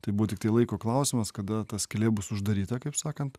tai buvo tiktai laiko klausimas kada ta skylė bus uždaryta kaip sakant